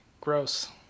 Gross